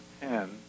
ten